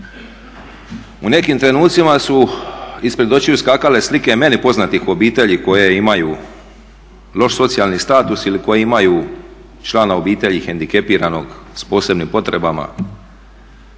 u nekim trenucima su ispred očiju skakale slike meni poznati obitelji koje imaju loš socijalni status ili koje imaju člana obitelji hendikepiranog, s posebnim potrebama,